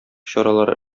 чаралары